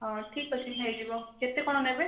ହଁ ଠିକ୍ ଅଛି ହେଇଯିବ କେତେ କଣ ନେବେ